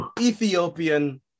Ethiopian